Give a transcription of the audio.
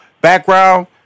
background